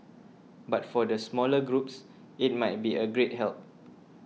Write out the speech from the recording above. but for the smaller groups it might be a great help